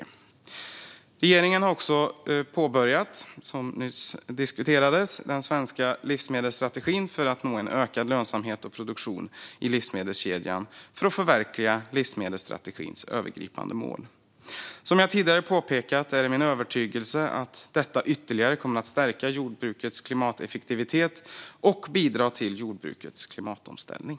Som nyss diskuterades har regeringen också påbörjat en uppdatering av den svenska livsmedelsstrategin för att nå en ökad lönsamhet och produktion i livsmedelskedjan och för att förverkliga livsmedelsstrategins övergripande mål. Som jag tidigare påpekat är det min övertygelse att detta ytterligare kommer att stärka jordbrukets klimateffektivitet och bidra till jordbrukets klimatomställning.